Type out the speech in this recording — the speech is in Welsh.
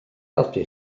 helpu